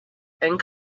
and